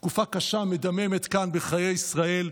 תקופה קשה ומדממת כאן, בחיי ישראל,